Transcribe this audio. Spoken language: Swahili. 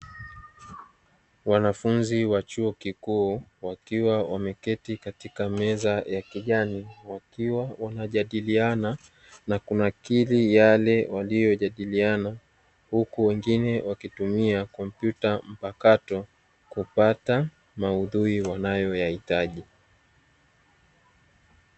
Wanafunzi wa chuo kikuu wakiwa wameketi katika meza ya kijani wakiwa wanajadiliana na kunakili yale waliojadiliana huku wengine wakitumia kompyuta mpakato kupata maudhui wanayoyahitaji.